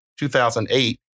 2008